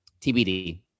TBD